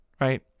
right